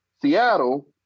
Seattle